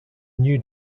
new